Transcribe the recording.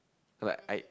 like I